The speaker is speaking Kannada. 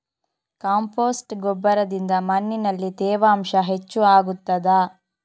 ಕಾಂಪೋಸ್ಟ್ ಗೊಬ್ಬರದಿಂದ ಮಣ್ಣಿನಲ್ಲಿ ತೇವಾಂಶ ಹೆಚ್ಚು ಆಗುತ್ತದಾ?